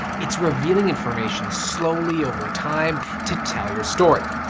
it's revealing information slowly over time to tell your story.